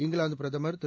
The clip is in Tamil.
இங்கிலாந்து பிரதமர் திரு